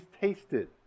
tasted